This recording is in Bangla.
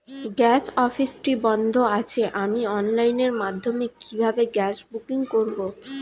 গ্যাস অফিসটি বন্ধ আছে আমি অনলাইনের মাধ্যমে কিভাবে গ্যাস বুকিং করব?